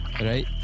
right